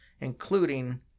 including